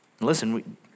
Listen